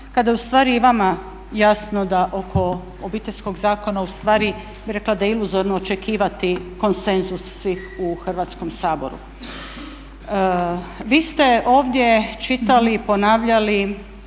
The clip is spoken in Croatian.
kada je ustvari i vama jasno da oko Obiteljskog zakona ustvari bih rekla da je iluzorno očekivati konsenzus svih u Hrvatskom saboru. Vi ste ovdje čitali, ponavljali